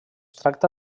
tracta